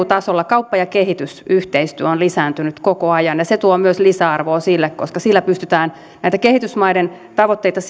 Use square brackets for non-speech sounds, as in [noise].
[unintelligible] tasolla kauppa ja kehitysyhteistyö on lisääntynyt koko ajan ja se tuo myös lisäarvoa sille koska sillä pystytään näitä kehitysmaiden tavoitteita [unintelligible]